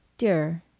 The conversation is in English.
dear,